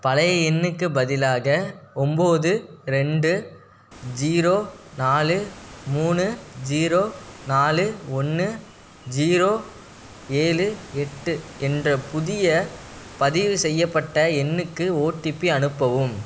பழைய எண்ணுக்குப் பதிலாக ஒம்பது ரெண்டு ஜீரோ நாலு மூணு ஜீரோ நாலு ஒன்று ஜீரோ ஏழு எட்டு என்ற புதிய பதிவு செய்யப்பட்ட எண்ணுக்கு ஓடிபி அனுப்பவும்